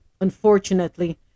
Unfortunately